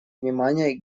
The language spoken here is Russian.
внимание